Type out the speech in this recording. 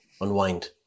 unwind